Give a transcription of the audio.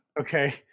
okay